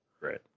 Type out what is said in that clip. Right